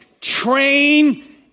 train